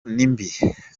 nimbi